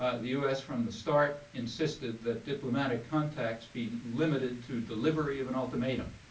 ah the us from the start insisted that diplomatic contacts be limited to delivery of an ultimatum.